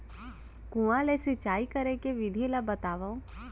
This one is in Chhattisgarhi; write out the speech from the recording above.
कुआं ले सिंचाई करे के विधि ला बतावव?